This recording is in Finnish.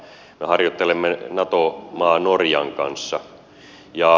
me harjoittelemme nato maa norjan kanssa